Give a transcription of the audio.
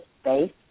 space